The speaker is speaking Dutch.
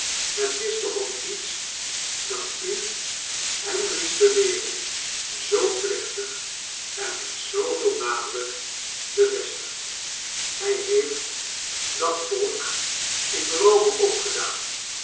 het is toch al iets dat u henry's bewering zoo plechtig en met zooveel nadruk bevestigt hij heeft dat volk in eome opgedaan